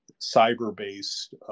cyber-based